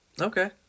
Okay